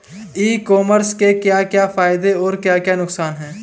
ई commerce के क्या क्या फायदे और क्या क्या नुकसान है?